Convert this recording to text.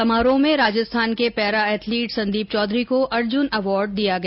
समारोह में राजस्थान के पैरा एथलीट संदीप चौधरी को अर्जुन अवॉर्ड प्रदान किया गया